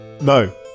No